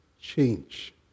change